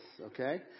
okay